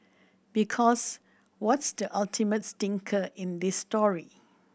because what's the ultimate stinker in this story